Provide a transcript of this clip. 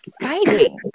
fighting